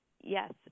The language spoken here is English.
yes